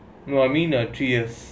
you I mean uh three years